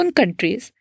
countries